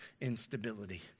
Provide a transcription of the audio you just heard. instability